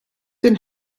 den